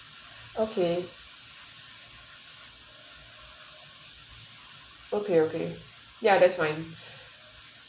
okay okay okay ya that's fine